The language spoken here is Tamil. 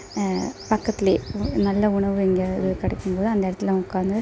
பக்கத்தில் நல்ல உணவு எங்கேயாவது கிடைக்கும் போது அந்த இடத்துல உக்கார்ந்து